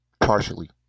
partially